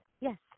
Yes